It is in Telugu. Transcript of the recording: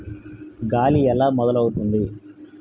గాలి ఎలా మొదలవుతుంది?